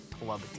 Club